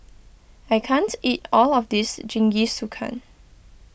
I can't eat all of this Jingisukan